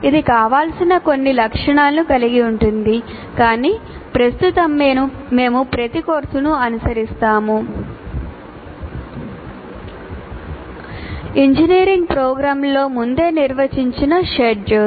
ఇది కావాల్సిన కొన్ని లక్షణాలను కలిగి ఉంది కాని ప్రస్తుతం మేము ప్రతి కోర్సును అనుసరిస్తాము ఇంజనీరింగ్ ప్రోగ్రామ్లలో ముందే నిర్వచించిన షెడ్యూల్